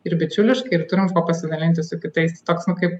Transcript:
ir bičiuliškai ir turim kuo pasidalinti su kitais toks nu kaip